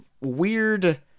weird